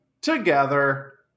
together